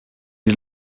est